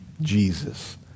Jesus